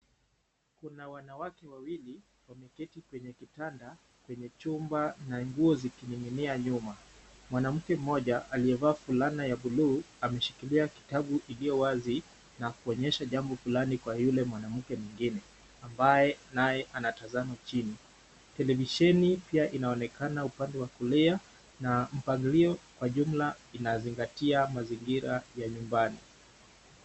Kuna wanawake wawili wameketi kwenye kitanda kwenye chumba na nguo zikining'inia nyuma. Mwanamke mmoja aliyevaa fulana ya bluu ameshikilia kitabu iliyo wazi na kuonyesha jambo fulani kwa yule mwanamke mwingine, ambaye naye anatazama chini. Televisheni pia inaonekana upande wa kulia, na mpangilio kwa jumla inazingatia mazingira ya nyumbani.